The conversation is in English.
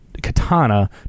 katana